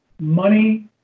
money